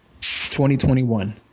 2021